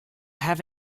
have